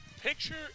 Picture